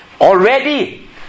already